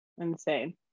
insane